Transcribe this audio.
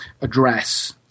address